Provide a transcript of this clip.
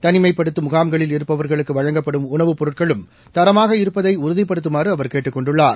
தனிமைப்படுத்தும் முகாம்களில் இருப்பவா்களுக்கு வழங்கப்படும் உணவுப் பொருட்களும் தரமாக இருப்பதை உறுதிப்படுத்துமாறு அவர் கேட்டுக் கொண்டுள்ளார்